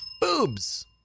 boobs